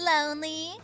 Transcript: Lonely